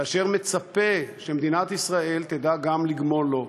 ואשר מצפה שמדינת ישראל תדע גם לגמול לו.